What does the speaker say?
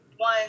One